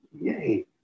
Yay